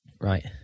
Right